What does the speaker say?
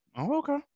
Okay